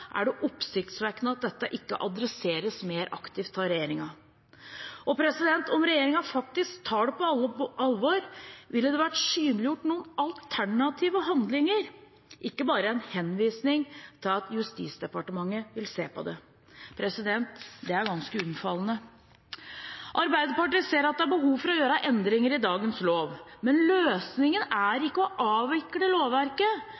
er det oppsiktsvekkende at dette ikke adresseres mer aktivt av regjeringen. Om regjeringen faktisk tar det på alvor, ville det vært synliggjort noen alternative handlinger, ikke bare være en henvisning til at Justisdepartementet vil se på dette. Det er ganske unnfallende. Arbeiderpartiet ser at det er behov for å gjøre endringer i dagens lov, men løsningen er ikke å avvikle lovverket